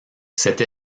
cette